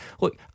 Look